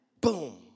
Boom